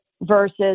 versus